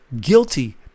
Guilty